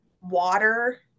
water